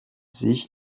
sich